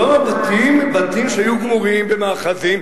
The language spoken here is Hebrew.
בתים שהיו גמורים במאחזים.